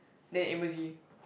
then emoji